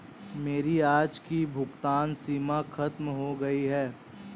मेरी आज की भुगतान सीमा खत्म हो गई है